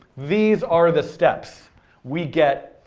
these are the steps we get.